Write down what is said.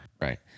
Right